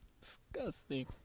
disgusting